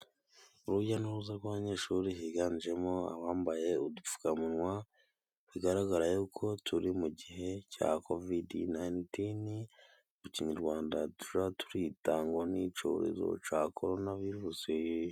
Urujya n'uruza rw'abanyeshuri higanjemo abambaye udupfukamunwa, bigaragara yuko turi mu gihe cya kovidi nayinitini, mu kinyarwanda tujaga turita ngo ni icyorezo ca koronavirusi.